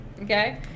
okay